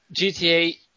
GTA